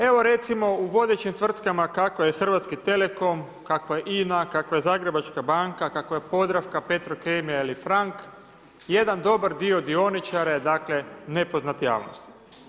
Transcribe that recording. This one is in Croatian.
Evo recimo u vodećim tvrtkama kava je Hrvatski telekom, kakva je INA, kava je Zagrebačka banka, kakva je Podravka, Petrokemija ili Franck jedan dobar dio dioničara je nepoznat javnosti.